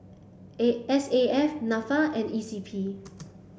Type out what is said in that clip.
A S F NAFA and E C P